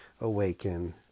awaken